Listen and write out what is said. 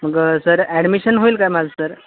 मग sir admission होईल काय माझं सर